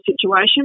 situation